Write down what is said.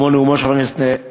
כמו נאומו של חבר הכנסת זחאלקה,